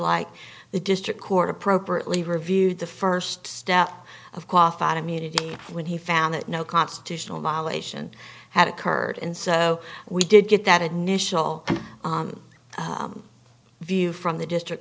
like the district court appropriately reviewed the first step of qualified immunity when he found that no constitutional violation had occurred and so we did get that initial view from the district